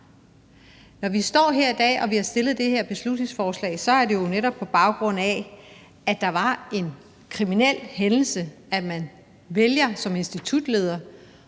Når vi står her i dag og vi har stillet det her beslutningsforslag, er det jo netop på baggrund af, at der var en kriminel hændelse – at man vælger som institutleder